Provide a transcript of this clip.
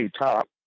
top